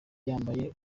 yambaye